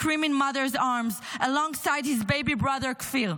screaming mother’s arms alongside his baby brother Kfir.